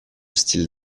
style